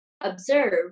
Observe